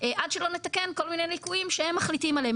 עד שלא נתקן כל מיני ליקויים שהם מחליטים עליהם.